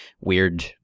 weird